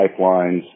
pipelines